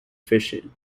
fishing